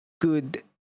Good